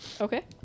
Okay